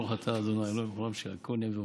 ברוך אתה ה' אלוהינו מלך העולם שהכול נהיה בדברו.